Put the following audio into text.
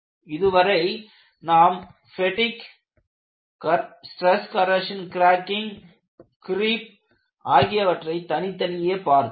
இதுவரை நாம் fatigue stress corrosion cracking creep ஆகியவற்றை தனித்தனியே பார்த்தோம்